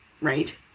Right